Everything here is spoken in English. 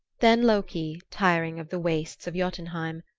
then loki, tiring of the wastes of jotunheim,